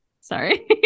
sorry